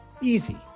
Easy